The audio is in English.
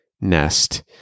nest